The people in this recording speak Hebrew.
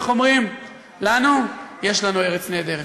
איך אומרים לנו: יש לנו ארץ נהדרת.